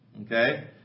Okay